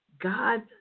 God